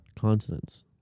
continents